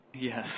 Yes